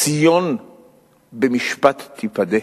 "ציון במשפט תפדה".